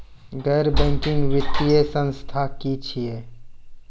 गैर बैंकिंग वित्तीय संस्था की छियै?